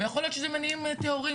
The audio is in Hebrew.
ויכול להיות שזה מניעים טהורים.